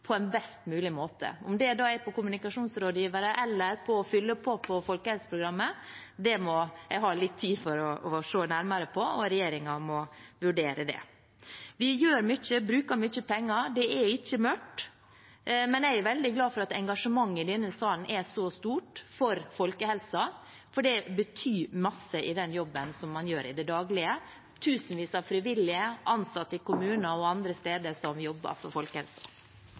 på en best mulig måte. Om det da er kommunikasjonsrådgivere eller å fylle på folkehelseprogrammet, må jeg ha litt tid til å se nærmere på, og regjeringen må vurdere det. Vi gjør mye, bruker mye penger, og det er ikke mørkt. Men jeg er veldig glad for at engasjementet i denne salen er så stort for folkehelsa, for det betyr masse i jobben som gjøres i det daglige av tusenvis av frivillige, ansatte i kommuner og andre som jobber for